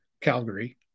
Calgary